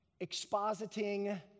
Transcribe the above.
expositing